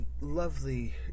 lovely